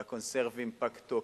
והקונסרבים פג תוקף.